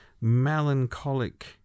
melancholic